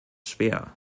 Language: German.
schwer